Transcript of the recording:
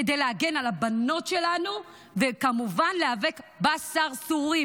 כדי להגן על הבנות שלנו וכמובן להיאבק בסרסורים.